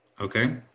okay